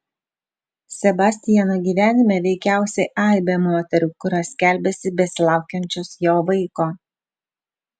sebastiano gyvenime veikiausiai aibė moterų kurios skelbiasi besilaukiančios jo vaiko